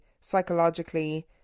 psychologically